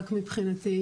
מבחינתי,